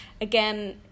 Again